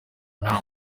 nta